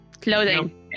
clothing